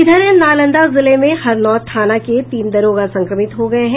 इधर नालांदा जिले में हरनौत थाना के तीन दारोगा संक्रमित हो गये हैं